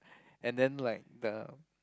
and then like the